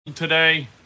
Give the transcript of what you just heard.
Today